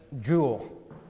Jewel